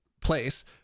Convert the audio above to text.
place